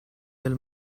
del